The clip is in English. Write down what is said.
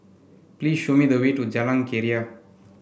please show me the way to Jalan Keria